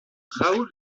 raoul